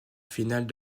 finales